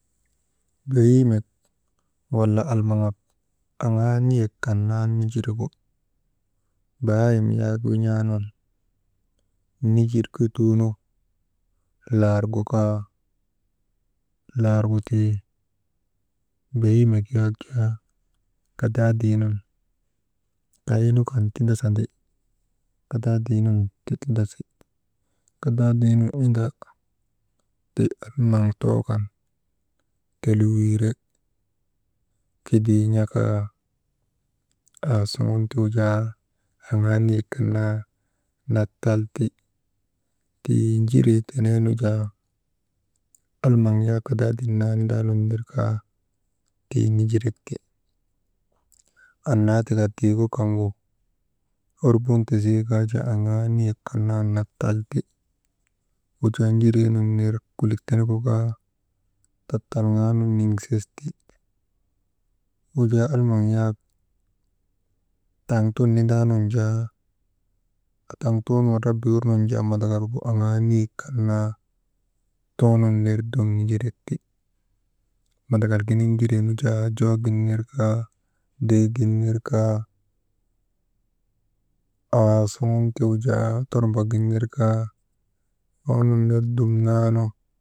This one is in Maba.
Behiimek wala almaŋak aŋaa niyek kan naa nijiregu bahaayim yak win̰aanun, nijirkutuunu laargu kaa. Laargu tii, behimek yak jaa kadaadii nun kaynu kan tindasandi, kadaadiinun ti tindasi, kadaadiinun inda ti almaŋ too kan tolwiire. Kidii n̰a kaa, aasuŋun ti wujaa aŋaa niyek kan naa natal ti. Tii jiree teneenu jaa almaŋ yak kadaadii naa nindaa nun ner kaa tii nijirek ti. Annaa tika tiigu kaŋgu orbonte zika jaa zika jaa aŋaa niyek kan naa natalti. Wujaa jiree nun ner kulik tenegu kaa tattalŋgaanu niŋsesti. Wujaa almaŋ yak taŋ tun nindaanun jaa mandakalgu aŋaa niyek kan naa too nun ner dum nijirek ti. Mandakal giniŋ jiree nu jaa jogin ner kaa, deegin ner kaa, aasugun ti wujaa tormbok gin ner kaa waŋ nun ner dum naanu.